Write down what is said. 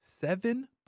Seven